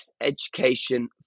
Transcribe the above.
Education